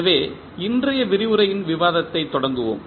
எனவே இன்றைய விரிவுரையின் விவாதத்தைத் தொடங்குவோம்